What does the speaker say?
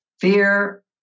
fear